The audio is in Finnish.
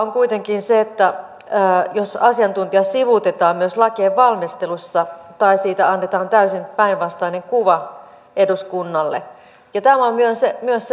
on käynyt selväksi että suomen maanpuolustusratkaisua yleiseen asevelvollisuuteen pohjautuvaa puolustusratkaisuamme ei riittävästi euroopan unionin tasolla ymmärretä ja tämä on vaikuttamisen paikka meille